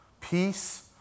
Peace